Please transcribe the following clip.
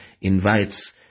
invites